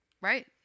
Right